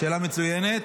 שאלה מצוינת.